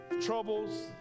Troubles